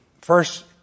first